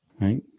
Right